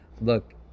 look